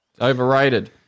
Overrated